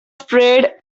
sprayed